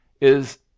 is